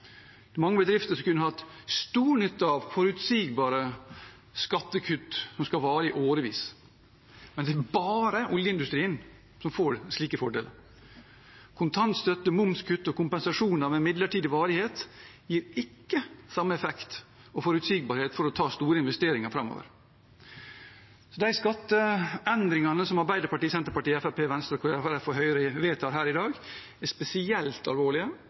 Det er mange bedrifter som kunne hatt stor nytte av forutsigbare skattekutt som skal vare i årevis, men det er bare oljeindustrien som får slike fordeler. Kontantstøtte, momskutt og kompensasjoner med midlertidig varighet gir ikke samme effekt og forutsigbarhet for å ta store investeringer framover. De skatteendringene som Arbeiderpartiet, Senterpartiet, Fremskrittspartiet, Venstre, Kristelig Folkeparti og Høyre vedtar her i dag, er spesielt alvorlige